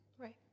Right